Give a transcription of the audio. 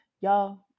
y'all